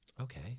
okay